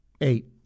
Eight